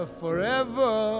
forever